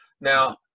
Now